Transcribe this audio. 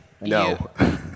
No